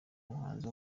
umuhanzi